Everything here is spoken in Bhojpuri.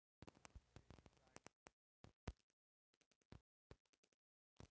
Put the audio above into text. क्रेडिट कार्ड के वाणिजयक बैंक जारी करेला